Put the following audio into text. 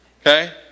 okay